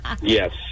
Yes